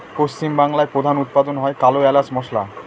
পশ্চিম বাংলায় প্রধান উৎপাদন হয় কালো এলাচ মসলা